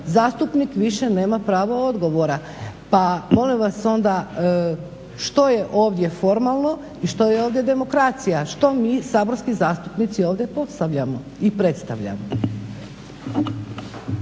zastupnik više nema pravo odgovora. Pa molim vas onda što je ovdje formalno i što je ovdje demokracija, što mi saborski zastupnici ovdje postavljamo i predstavljamo.